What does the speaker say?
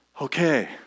Okay